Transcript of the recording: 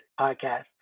podcast